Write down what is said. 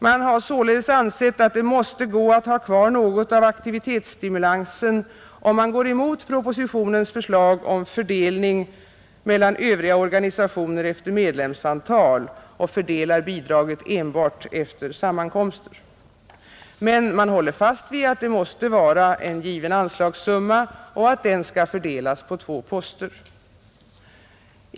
Man har således insett att det måste gå att ha något kvar av aktivitetsstimulansen om man går emot propositionens förslag om fördelning mellan övriga organisationer efter medlemsantal och fördelar bidraget enbart efter sammankomster. Men man håller fast vid att det måste vara en given anslagssumma och att den skall fördelas på två poster.